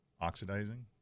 oxidizing